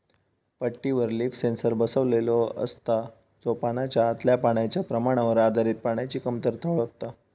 पट्टीवर leaf sensor बसवलेलो असता, जो पानाच्या आतल्या पाण्याच्या प्रमाणावर आधारित पाण्याची कमतरता ओळखता